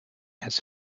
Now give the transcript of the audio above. has